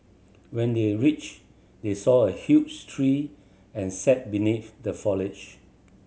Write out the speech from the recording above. when they reached they saw a huge tree and sat beneath the foliage